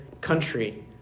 country